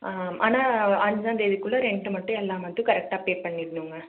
ஆ ஆனால் அஞ்சாந்தேதிக்குள்ளே ரெண்ட்டு மட்டும் எல்லா மந்தும் கரெக்டாக பே பண்ணிடணுங்க